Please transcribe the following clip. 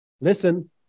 Listen